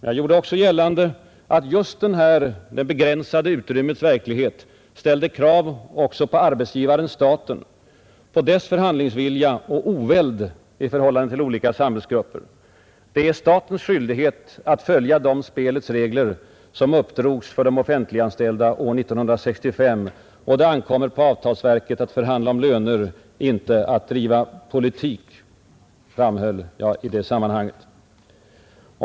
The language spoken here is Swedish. Jag gjorde också gällande att just denna det begränsade utrymmets verklighet ställde krav också på arbetsgivaren-staten, på dess förhandlingsvilja och oväld i förhållande till olika samhällsgrupper. Det är statens skyldighet att följa de spelets regler som uppdrogs för de offentliganställda år 1965, och det ankommer på avtalsverket att förhandla om löner, inte att driva politik, framhöll jag i det sammanhanget.